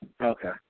Okay